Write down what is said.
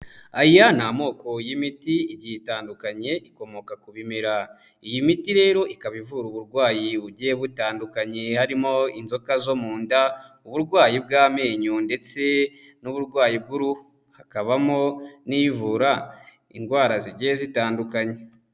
Aya ni amoko y'imiti igiye itandukanye ikomoka ku bimera, iyi miti rero ikaba ivura uburwayi bugiye butandukanye harimo inzoka zo mu nda, uburwayi bw'amenyo ndetse n'uburwayi bw'uruhu, hakabamo n'ivura indwara zigiye zitandukanye.